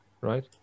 Right